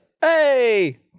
hey